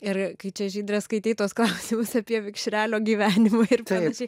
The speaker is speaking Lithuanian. ir kai čia žydra skaitei tuos klausimus apie vikšrelio gyvenimą ir panašiai